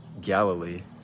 Galilee